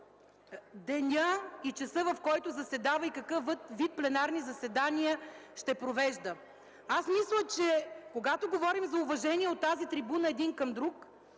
деня и часа, в който заседава, и какъв вид пленарни заседания ще провежда. Аз мисля, че когато говорим за уважение от тази трибуна един към друг